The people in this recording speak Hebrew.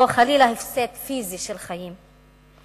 או חלילה הפסד פיזי של חיים.